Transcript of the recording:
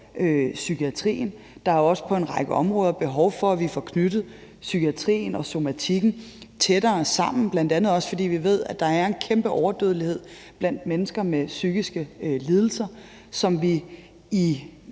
psykiatrien. Der er også på en række områder behov for, at vi får knyttet psykiatrien og somatikken tættere sammen, bl.a. også fordi vi ved, at der er en kæmpe overdødelighed blandt mennesker med psykiske lidelser, som vi i